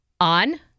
on